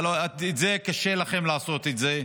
אבל קשה לכם לעשות את זה,